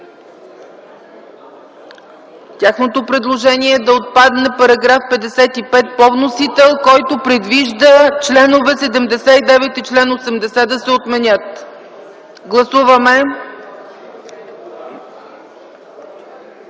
Тяхното предложение е да отпадне § 55 по вносител, който предвижда чл. 79 и чл. 80 да се отменят. Гласували